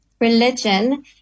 religion